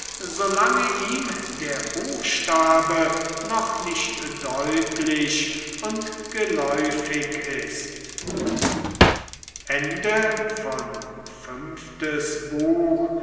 solange ihm der buchstabe noch nicht deutlich und geläufig ist